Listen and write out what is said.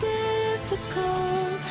difficult